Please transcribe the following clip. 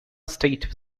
state